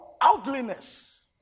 ugliness